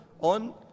on